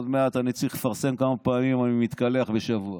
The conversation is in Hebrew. עוד מעט אני אצטרך לפרסם כמה פעמים אני מתקלח בשבוע,